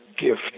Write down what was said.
gift